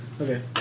Okay